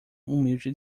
humilde